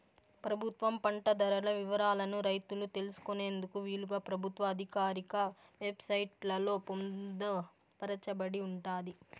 ప్రభుత్వం పంట ధరల వివరాలను రైతులు తెలుసుకునేందుకు వీలుగా ప్రభుత్వ ఆధికారిక వెబ్ సైట్ లలో పొందుపరచబడి ఉంటాది